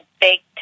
baked